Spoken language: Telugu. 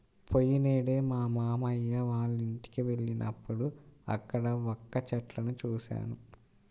పోయినేడు మా మావయ్య వాళ్ళింటికి వెళ్ళినప్పుడు అక్కడ వక్క చెట్లను చూశాను